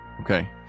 Okay